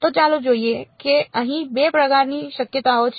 તો ચાલો જોઈએ કે અહીં 2 પ્રકારની શક્યતાઓ છે